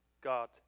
God